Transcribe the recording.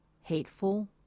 hateful